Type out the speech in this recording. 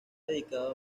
dedicado